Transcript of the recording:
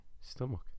stomach